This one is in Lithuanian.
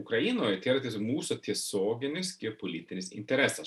ukrainoj tai yra tiesiog mūsų tiesioginis ir politinis interesas